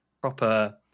proper